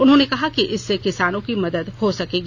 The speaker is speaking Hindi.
उन्होंने कहा कि इससे किसानों की मदद हो सकेगी